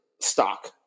stock